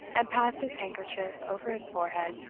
and passed his handkerchief over his forehead.